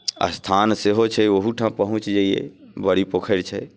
स्थान सेहो छै ओहूठाम पहुँचि जैयै बड़ी पोखरि छै